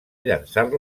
llançar